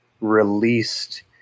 released